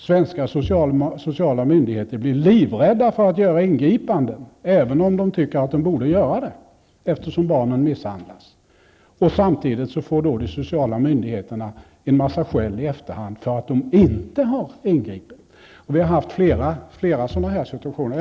Svenska sociala myndigheter blir livrädda för att ingripa, även om de tycker att de borde göra det eftersom barnen misshandlas. Samtidigt får de sociala myndigheterna en massa skäll i efterhand för att de inte har ingripit. Vi har haft flera sådana situationer.